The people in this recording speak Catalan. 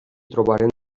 trobarem